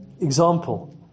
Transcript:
example